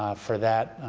um for that,